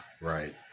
right